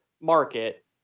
market